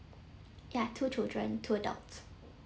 ya two children two adults